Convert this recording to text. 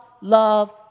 love